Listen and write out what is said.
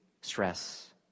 stress